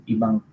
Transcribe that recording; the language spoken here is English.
Ibang